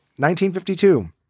1952